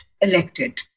elected